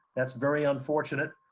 that's very unfortunate.